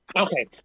Okay